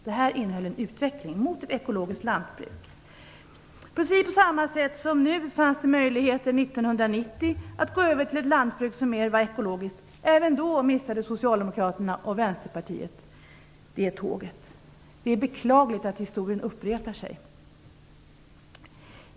Detta program innebar en utveckling mot ekologiskt lantbruk. På precis samma sätt som nu fanns det möjligheter 1990 att gå över till ett lantbruk som var ekologiskt. Även då missade socialdemokraterna och Vänsterpartiet tåget. Det är beklagligt att historien upprepar sig.